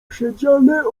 przedziale